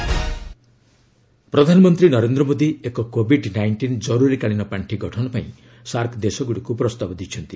PM SAARC ପ୍ରଧାନମନ୍ତ୍ରୀ ନରେନ୍ଦ୍ର ମୋଦି ଏକ କୋବିଡ ନାଇଷ୍ଟିନ୍ ଜରୁରୀକାଳୀନ ପାର୍ଷି ଗଠନ ପାଇଁ ସାର୍କ ଦେଶଗୁଡ଼ିକୁ ପ୍ରସ୍ତାବ ଦେଇଛନ୍ତି